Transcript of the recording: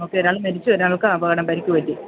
okay ഒരാൾ മരിച്ചു ഒരാള്ക്ക് അപകടം പരിക്കു പറ്റി